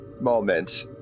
moment